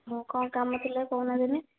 ହଁ କ'ଣ କାମ ଥିଲା କହୁନାହାନ୍ତି ନି